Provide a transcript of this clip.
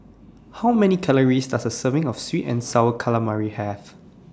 How Many Calories Does A Serving of Sweet and Sour Calamari Have